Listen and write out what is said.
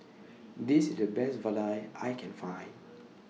This IS The Best Vadai I Can Find